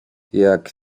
jak